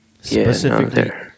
specifically